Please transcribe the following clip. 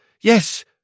Yes